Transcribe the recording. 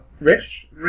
Rich